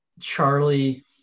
Charlie